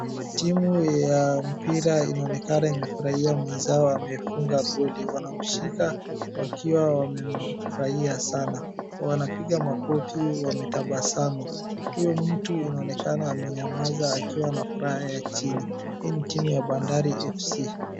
Timu ya mpira inaonekana imefurahia mwenzao amefunga goli. Wanamshika wakiwa wamefurahia sana. Wanapiga makofi wametabasamu. Huyo mtu inaonekana amenyamaza akiwa na furaha ya chini. Hii ni timu ya bandari FC.